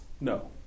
No